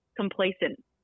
complacent